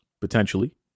potentially